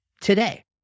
today